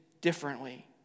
differently